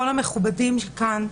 כל המכובדים שנמצאים כאן,